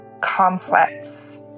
complex